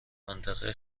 منطقه